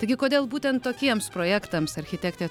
taigi kodėl būtent tokiems projektams architektė